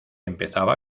empezaba